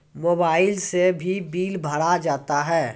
Mobile से भी bill भरा जाता हैं?